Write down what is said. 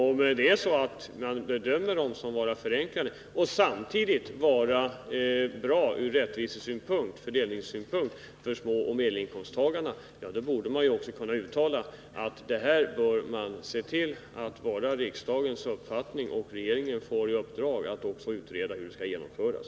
Om utskottet bedömer våra förslag så att de innebär förenklingar och samtidigt medför förbättringar ur rättviseoch fördelningssynpunkt när det gäller småoch medelinkomsttagare, då borde man också kunna göra ett uttalande till förmån för det skattesystem vi föreslagit och ge regeringen i uppdrag att utreda hur det skall genomföras.